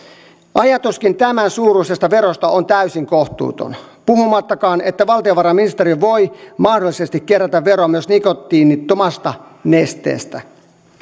ajatuskin tämän suuruisesta verosta on täysin kohtuuton puhumattakaan että valtiovarainministeriö voi mahdollisesti kerätä veroa myös nikotiinittomasta nesteestä